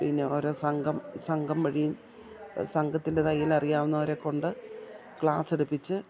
പിന്നെ ഓരോ സംഘം സംഘം വഴിയും സംഘത്തിൻ്റെ തയ്യലറിയാവുന്നവരെ കൊണ്ട് ക്ലാസ്സ് എടുപ്പിച്ച്